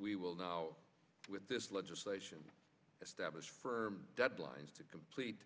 we will now with this legislation establish firm deadlines to complete